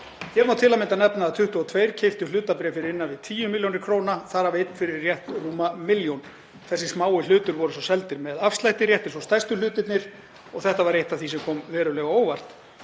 Hér má til að mynda nefna að 22 keyptu hlutabréf fyrir innan við 10 millj. kr., þar af einn fyrir rétt rúma milljón. Þessir smáu hlutir voru svo seldir með afslætti, rétt eins og stærstu hlutirnir og þetta var eitt af því sem kom verulega á óvart.